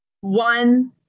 one